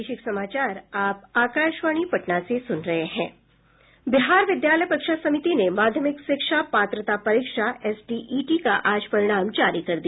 बिहार विद्यालय परीक्षा समिति ने माध्यमिक शिक्षक पात्रता परीक्षा एसटी ईटी का आज परिणाम जारी कर दिया